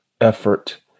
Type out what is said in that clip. effort